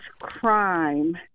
crime